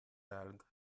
algues